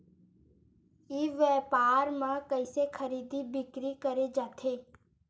ई व्यापार म कइसे खरीदी बिक्री करे जाथे?